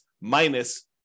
minus